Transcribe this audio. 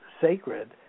sacred